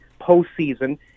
postseason